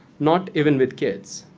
not even with kids.